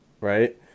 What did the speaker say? Right